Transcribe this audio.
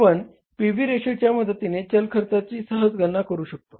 आपण P V रेशोच्या मदतीने चल खर्चाची सहज गणना करू शकतो